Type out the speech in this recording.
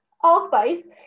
Allspice